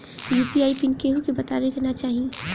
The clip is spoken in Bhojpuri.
यू.पी.आई पिन केहू के बतावे के ना चाही